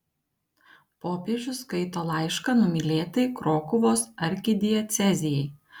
popiežius skaito laišką numylėtai krokuvos arkidiecezijai